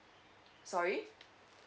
sorry